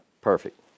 Perfect